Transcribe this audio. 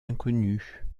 inconnue